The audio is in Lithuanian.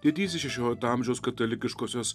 didysis šešiolikto amžiaus katalikiškosios